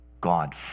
God